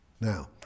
Now